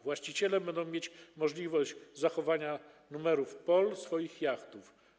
Właściciele będą mieć możliwość zachowania numerów POL swoich jachtów.